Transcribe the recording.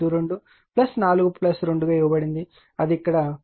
5 2 4 2 గా ఇవ్వబడుతుంది అది ఇక్కడ ఉంది 3